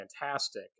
fantastic